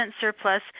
surplus